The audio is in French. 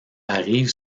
arrive